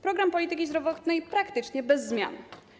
Program polityki zdrowotnej jest praktycznie bez zmian.